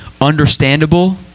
understandable